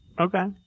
Okay